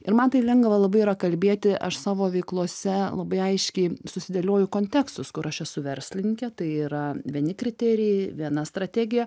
ir man tai lengva labai yra kalbėti aš savo veiklose labai aiškiai susidėlioju kontekstus kur aš esu verslininkė tai yra vieni kriterijai viena strategija